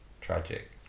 tragic